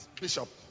Bishop